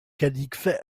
cadix